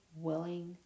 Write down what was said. willing